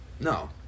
No